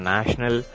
National